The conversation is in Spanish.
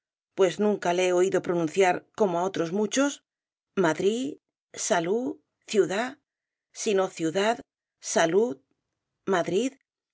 pues nunca le he oído pronunciar como á otros muchos madrí salú ciudá sino ciudad salud madrid